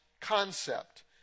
concept